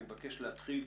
אני מבקש להתחיל